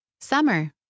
Summer